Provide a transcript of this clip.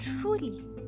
truly